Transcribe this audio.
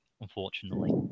unfortunately